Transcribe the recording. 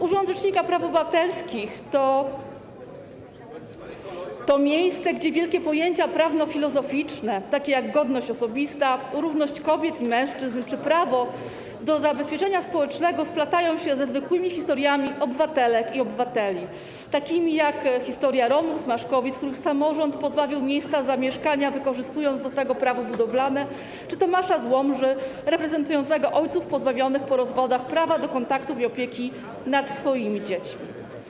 Urząd rzecznika praw obywatelskich to miejsce, gdzie wielkie pojęcia prawno-filozoficzne, takie jak godność osobista, równość kobiet i mężczyzn czy prawo do zabezpieczenia społecznego, splatają się ze zwykłymi historiami obywatelek i obywateli, takimi jak historia Romów z Maszkowic, których samorząd pozbawił miejsca zamieszkania, wykorzystując do tego Prawo budowlane, czy Tomasza z Łomży reprezentującego ojców pozbawionych po rozwodzie prawa do kontaktów i opieki nad swoimi dziećmi.